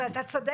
אבל אתה צודק,